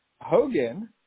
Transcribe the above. Hogan